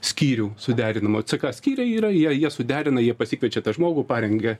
skyrių suderinamo ck skyriai yra jie jie suderina jie pasikviečia tą žmogų parengia